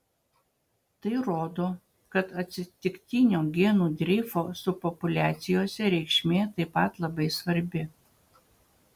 tai rodo kad atsitiktinio genų dreifo subpopuliacijose reikšmė taip pat labai svarbi